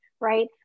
right